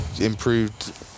improved